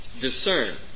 discern